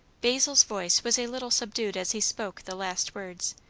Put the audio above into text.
basil's voice was a little subdued as he spoke the last words,